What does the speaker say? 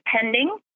pending